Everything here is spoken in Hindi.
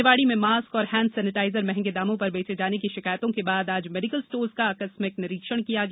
निवाड़ी में मास्क और हैण्ड सेनीटाइजर मंहगे दामों पर बेचे जाने की शिकायतों के बाद आज मेडीकल स्टोर्स का आकस्मिक निरीक्षण किया गया